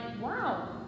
wow